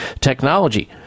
technology